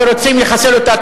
שיש אנשים שרוצים לחסל אותה.